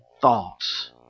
thoughts